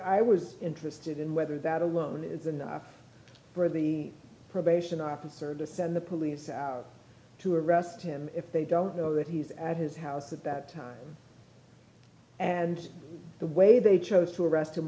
was interested in whether that alone is enough for the probation officer to send the police to arrest him if they don't know that he's at his house about time and the way they chose to arrest him